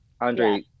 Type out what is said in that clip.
Andre